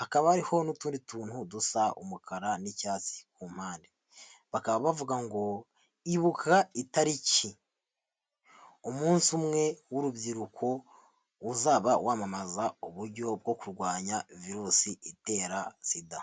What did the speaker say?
hakaba hariho n'utundi tuntu dusa umukara n'icyatsi ku mpande, bakaba bavuga ngo ibuka itariki, umunsi umwe w'urubyiruko, uzaba wamamaza uburyo bwo kurwanya virusi itera SIDA.